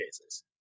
cases